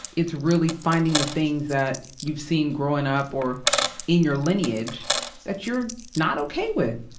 it's really finding the things that you've seen growing up or in your lineage that you're not okay with,